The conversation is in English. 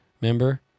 Remember